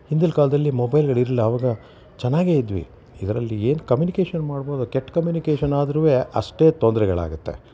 ಹಿಂದಿನ ಕಾಲದಲ್ಲಿ ಮೊಬೈಲ್ಗಳು ಇರಲಿಲ್ಲ ಆವಾಗ ಚೆನ್ನಾಗೇ ಇದ್ವಿ ಇದರಲ್ಲಿ ಏನು ಕಮ್ಯುನಿಕೇಷನ್ ಮಾಡ್ಬೋದ ಕೆಟ್ಟ ಕಮ್ಯುನಿಕೇಷನ್ ಆದ್ರೂ ಅಷ್ಟೇ ತೊಂದರೆಗಳಾಗತ್ತೆ